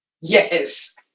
Yes